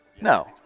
no